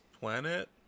Planet